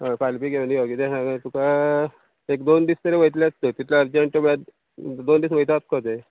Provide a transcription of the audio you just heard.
हय फाल्यां बी घेवन यो किद्या सांग तुका एक दोन दीस तरी वयतलेच थंय तितले अर्जंट दोन दीस वयतात तुका ते